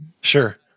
Sure